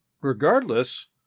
Regardless